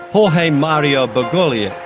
jorge mario bergoglio,